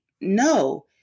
no